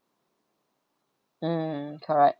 mm correct